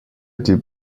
did